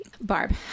Barb